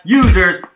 users